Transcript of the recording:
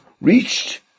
reached